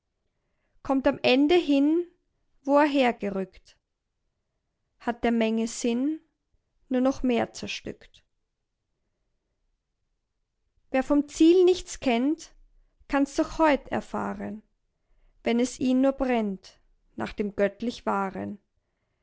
kommt am ende hin wo er hergerückt hat der menge sinn nur noch mehr zerstückt wer vom ziel nichts kennt kann's doch heut erfahren wenn es ihn nur brennt nach dem göttlich wahren